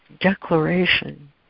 declaration